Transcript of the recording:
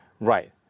Right